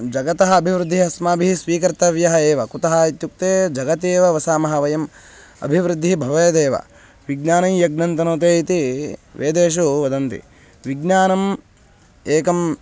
जगतः अभिवृद्धिः अस्माभिः स्वीकर्तव्या एव कुतः इत्युक्ते जगति एव वसामः वयम् अभिवृद्धिः भवेदेव विज्ञानं यज्ञन्तनुते इति वेदेषु वदन्ति विज्ञानम् एकं